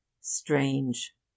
Strange